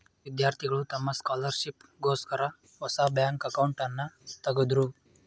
ವಿದ್ಯಾರ್ಥಿಗಳು ತಮ್ಮ ಸ್ಕಾಲರ್ಶಿಪ್ ಗೋಸ್ಕರ ಹೊಸ ಬ್ಯಾಂಕ್ ಅಕೌಂಟ್ನನ ತಗದ್ರು